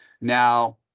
now